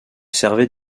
servait